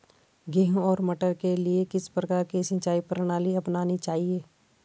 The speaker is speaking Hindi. गेहूँ और मटर के लिए किस प्रकार की सिंचाई प्रणाली अपनानी चाहिये?